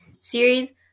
series